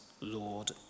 Lord